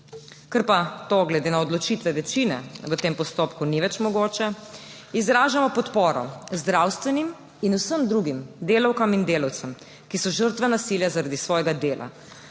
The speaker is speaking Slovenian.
Ker pa to glede na odločitve večine v tem postopku ni več mogoče, izražamo podporo zdravstvenim in vsem drugim delavkam in delavcem, ki so žrtve nasilja zaradi svojega dela.